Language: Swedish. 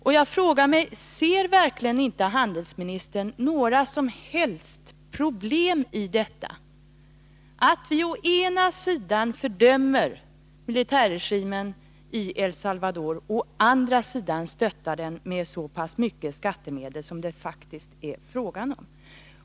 Och jag frågar mig: Ser verkligen inte handelsministern några som helst problem i detta, att vi å ena sidan fördömer militärregimen i El Salvador, å 13 andra sidan stöder den med så pass mycket skattemedel som det faktiskt rör sig om?